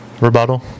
Rebuttal